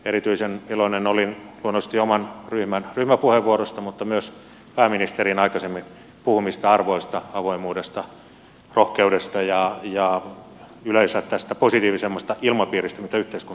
erityisen iloinen olin luonnollisesti oman ryhmän ryhmäpuheenvuorosta mutta myös pääministerin aikaisemmin puhumista arvoista avoimuudesta rohkeudesta ja yleensä tästä positiivisemmasta ilmapiiristä mitä yhteiskuntaan tulee